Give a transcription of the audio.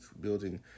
building